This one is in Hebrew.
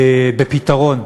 בפתרון.